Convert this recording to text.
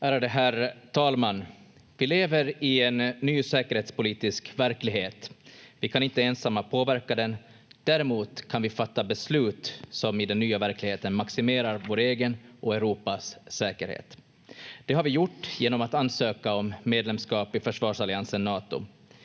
Ärade herr talman! Vi lever i en ny säkerhetspolitisk verklighet. Vi kan inte ensamma påverka den. Däremot kan vi fatta beslut som i den nya verkligheten maximerar vår egen och Europas säkerhet. Det har vi gjort genom att ansöka om medlemskap i försvarsalliansen Nato.